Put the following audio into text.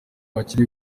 bakiri